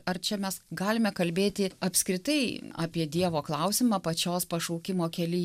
ar čia mes galime kalbėti apskritai apie dievo klausimą pačios pašaukimo kelyje